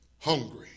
Hungry